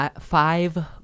five